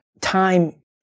Time